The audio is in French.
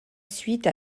suite